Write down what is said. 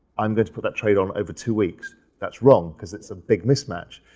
i'm going to put that trade on over two weeks. that's wrong because it's a big mismatch,